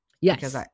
Yes